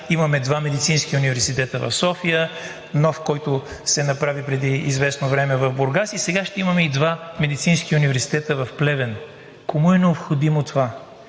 имаме два медицински университета в София – нов, който се направи преди известно време в Бургас, а сега ще имаме и два медицински университета в Плевен. Кому е необходимо това?